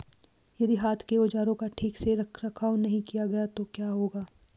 यदि हाथ के औजारों का ठीक से रखरखाव नहीं किया गया तो क्या होगा?